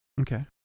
Okay